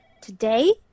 Today